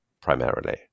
primarily